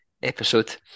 episode